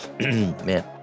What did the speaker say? Man